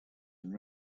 and